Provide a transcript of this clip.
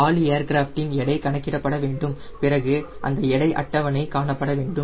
காலி ஏர்கிராஃப்ட் டின் எடை கணக்கிடப்பட வேண்டும் பிறகு இந்த எடை அட்டவணை காணப்பட வேண்டும்